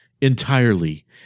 entirely